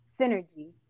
synergy